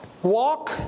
Walk